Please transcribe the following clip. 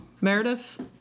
Meredith